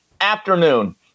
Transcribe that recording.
afternoon